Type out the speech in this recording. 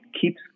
keeps